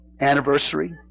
Anniversary